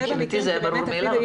זה היה ברור מאליו.